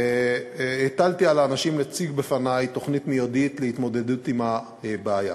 והטלתי על האנשים להציג בפני תוכנית מיידית להתמודדות עם הבעיה.